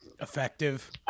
effective